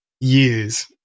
years